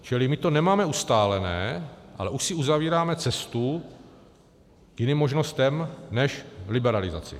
Čili my to nemáme ustálené, ale už si uzavíráme cestu k jiným možnostem než v liberalizaci.